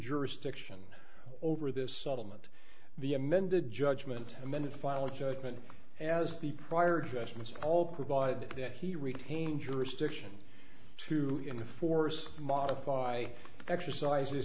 jurisdiction over this settlement the amended judgment and then the final judgment as the prior judgments all provided that he retain jurisdiction to enforce modify exercis